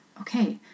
okay